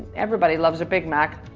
everybody loves a big mac.